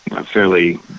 fairly